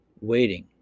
waiting